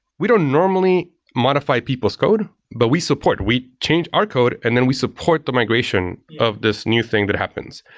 we don't normally modify people's code, but we support. we change our code and then we support the migration of this new thing that happens.